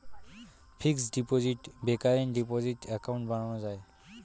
fixed deposit, recurring deposit account বানানো যায়